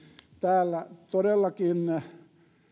täällä todellakin